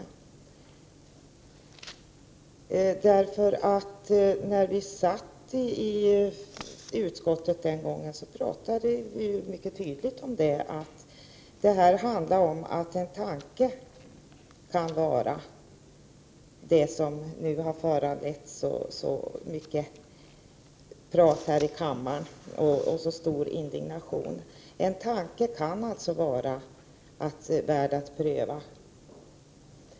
Vid det tillfälle när vi talade om detta i utskottet diskuterade vi mycket tydligt att en tanke kan vara — som har föranlett mycket diskussioner här i kammaren och stor indignation — värd att pröva.